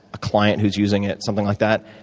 a client who's using it, something like that.